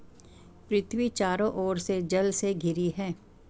पृथ्वी चारों ओर से जल से घिरी है